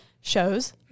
shows